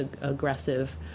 aggressive